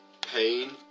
pain